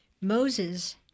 Moses